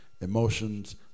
emotions